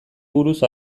buruz